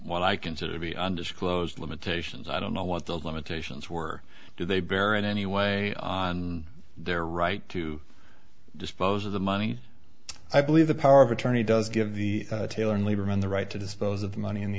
what i consider to be undisclosed limitations i don't know what the limitations were do they bear in any way on their right to dispose of the money i believe the power of attorney does give the tailoring lieberman the right to dispose of the money in the